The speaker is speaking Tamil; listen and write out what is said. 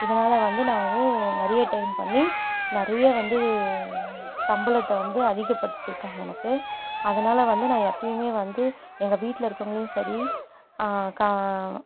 இதனால வந்து நான் வந்து நிறைய டைம் பண்ணி நிறைய வந்து சம்பளத்தை வந்து அதிகப்படுத்தியிருக்காங்க எனக்கு அதனால் வந்து நான் எப்பயுமே வந்து எங்கள் வீட்டில் இருக்கவங்களையும் சரி கா